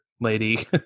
lady